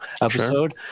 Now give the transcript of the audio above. episode